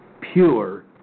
pure